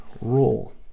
role